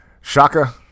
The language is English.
shaka